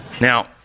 Now